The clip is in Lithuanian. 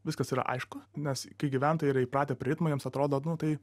viskas yra aišku nes kai gyventojai yra įpratę prie ritmo jiems atrodo nu tai